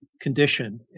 condition